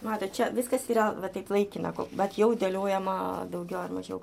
matot čia viskas yra va taip laikina bet jau dėliojama daugiau ar mažiau